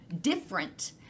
different